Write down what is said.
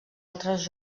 altres